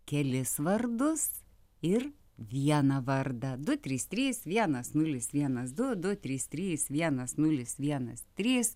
kelis vardus ir vieną vardą du trys trys vienas nulis vienas du du trys trys vienas nulis vienas trys